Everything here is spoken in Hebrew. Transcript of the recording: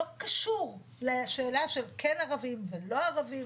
לא קשור לשאלה של כן ערבים ולא ערבים.